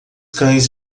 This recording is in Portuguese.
cães